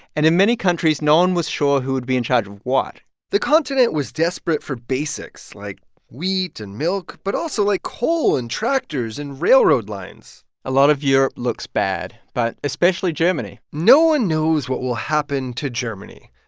and in many countries, no one was sure who would be in charge of what the continent was desperate for basics, like wheat and milk, but also, like, coal and tractors and railroad lines a lot of europe looks bad, but especially germany no one knows what will happen to germany.